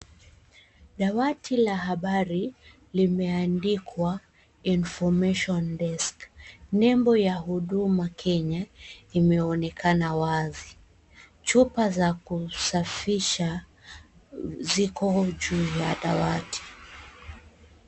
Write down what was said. Dawati la habari limeandikwa information desk . Nembo ya huduma Kenya imeonekana wazi. Chupa za kusafisha ziko juu ya dawati.